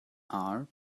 are